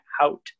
out